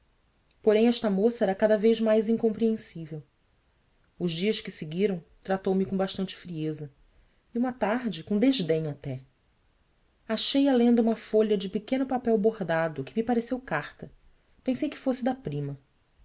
porém esta moça era cada vez mais incompreensível os dias que seguiram tratou-me com bastante frieza e uma tarde com desdém até achei-a lendo uma folha de pequeno papel bordado que me pareceu carta pensei que fosse da prima